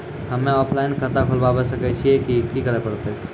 हम्मे ऑफलाइन खाता खोलबावे सकय छियै, की करे परतै?